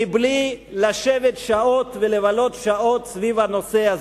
בלי לשבת שעות ולבלות שעות סביב הנושא הזה.